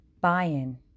buy-in